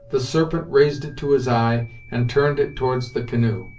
the serpent raised it to his eye and turned it towards the canoe.